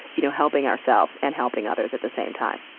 you know, helping ourselves and helping others at the same time